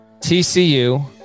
TCU